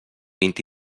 vint